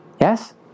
Yes